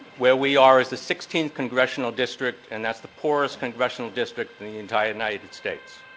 where we are is the sixteenth congressional district and that's the poorest congressional district in the entire united states.